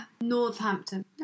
Northampton